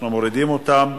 מורידים אותן.